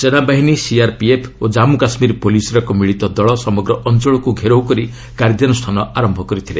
ସେନାବାହିନୀ ସିଆର୍ପିଏଫ୍ ଓ ଜନ୍ମ କାଶ୍ମୀର ପ୍ରଲିସ୍ର ଏକ ମିଳିତ ଦଳ ସମଗ୍ର ଅଞ୍ଚଳକ୍ ଘେରାଉ କରି କାର୍ଯ୍ୟାନୁଷ୍ଠାନ ଆରମ୍ଭ କରିଥିଲେ